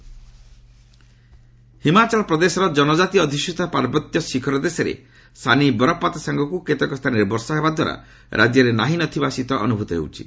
HP weather Himachal ପ୍ରଦେଶର ଜନଜାତି ଅଧ୍ଯୁଷିତ ପାର୍ବତ୍ୟ ଶୀଖର ଦେଶରେ ସାନି ବରଫପାତ ସାଙ୍ଗକୁ କେତେକ ସ୍ଥାନରେ ବର୍ଷା ହେବା ଦ୍ୱାରା ରାଜ୍ୟରେ ନାହିଁ ନଥିବା ଶୀତ ଅନୁଭୂତ ହେଉଛି